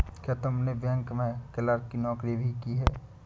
क्या तुमने बैंक में क्लर्क की नौकरी भी की है?